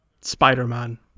Spider-Man